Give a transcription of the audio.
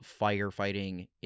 firefighting